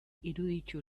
iruditu